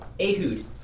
Ehud